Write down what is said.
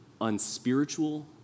unspiritual